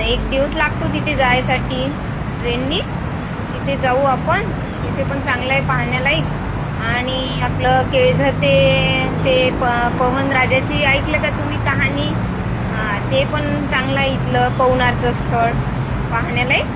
एक दिवस लागतो तिथे जायसाठी ट्रेनने तिथे जाऊ आपण तिथे पण चांगलं आहे पाहण्यालायक आणि आपलं केळझर ते ते प पवनराजाची ऐकलं का तुम्ही कहाणी हां ते पण चांगलं आहे इथलं पवनारचं स्थळ पाहण्यालायक